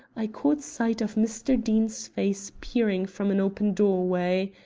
i caught sight of mr. deane's face peering from an open doorway.